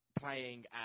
playing